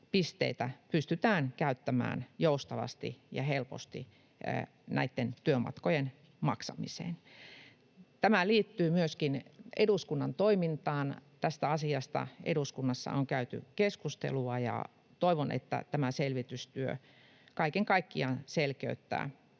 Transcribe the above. pystytään käyttämään joustavasti ja helposti työmatkojen maksamiseen. Tämä liittyy myöskin eduskunnan toimintaan. Tästä asiasta eduskunnassa on käyty keskustelua, ja toivon, että tämä selvitystyö kaiken kaikkiaan selkeyttää